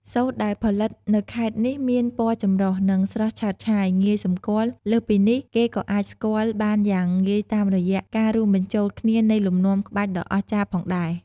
សូត្រដែលផលិតនៅខេត្តនេះមានពណ៌ចម្រុះ និងស្រស់ឆើតឆាយងាយសម្គាល់ លើសពីនេះ គេក៏អាចស្គាល់បានយ៉ាងងាយតាមរយៈការរួមបញ្ចូលគ្នានៃលំនាំក្បាច់ដ៏អស្ចារ្យផងដែរ។